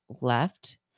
left